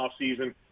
offseason